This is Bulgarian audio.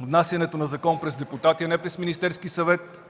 внасянето на закон през депутати, а не през Министерския съвет;